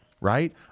right